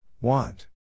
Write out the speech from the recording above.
Want